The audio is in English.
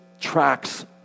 tracks